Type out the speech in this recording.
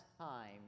time